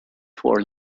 for